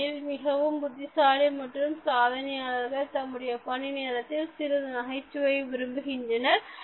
ஏனெனில் மிகவும் புத்திசாலிகள் மற்றும் சாதனையாளர்கள் தம்முடைய பணி நேரத்திலும் சிறிது நகைச்சுவையை விரும்புகின்றனர்